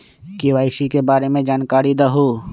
KYC के बारे में जानकारी दहु?